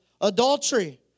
adultery